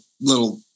little